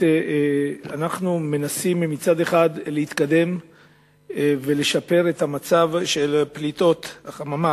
מצד אחד אנחנו מנסים להתקדם ולשפר את המצב של פליטת גזי החממה,